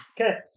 Okay